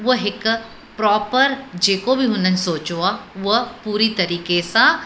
उहा हिकु प्रोपर जेको बि हुननि सोचियो आहे उहा पूरी तरीक़े सां